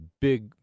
big